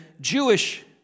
Jewish